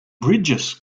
bridges